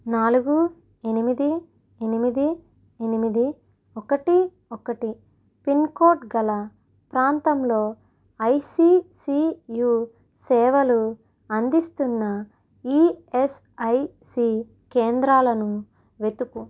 నాలుగు ఎనిమిది ఎనిమిది ఎనిమిది ఒకటి ఒకటి పిన్కోడ్ గల ప్రాంతంలో ఐసీసీయు సేవలు అందిస్తున్న ఈఎస్ఐసి కేంద్రాలను వెతుకు